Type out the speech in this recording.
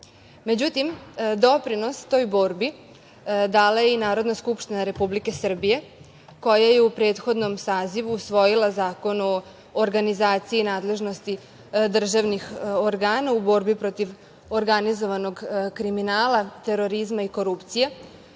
doprinos toj borbi dala je i Narodna skupština Republike Srbije koja je u prethodnom sazivu usvojila Zakon o organizaciji i nadležnosti državnih organa u borbi protiv organizovanog kriminala, terorizma i korupcije,